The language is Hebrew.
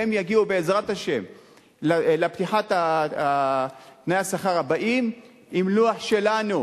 והם יגיעו בעזרת השם לפתיחת תנאי השכר הבאים עם לוח שלנו,